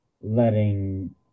letting